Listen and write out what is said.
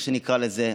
איך שנקרא לזה,